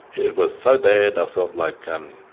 it was so bad, i felt like, um